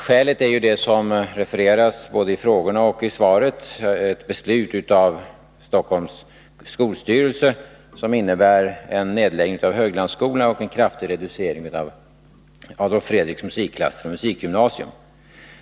Skälet är, som refereras både i frågorna och i svaret, ett beslut av Stockholms skolstyrelse som innebär en nedläggning av Höglandsskolan och kraftig reducering av Adolf Fredriks musikklasser och musikgymnasium.